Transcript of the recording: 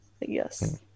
Yes